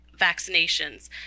vaccinations